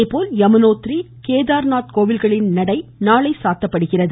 அதேபோல் யமுனோத்ரி கேதார்நாத் கோவில்களின் நாளை நடை சாத்தப்பட உள்ளது